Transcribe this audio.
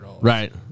Right